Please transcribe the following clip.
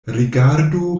rigardu